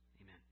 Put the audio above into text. Amen